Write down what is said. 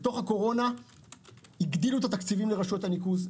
בתוך הקורונה הגדילו את התקציבים לרשויות הניקוז.